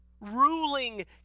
ruling